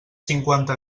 cinquanta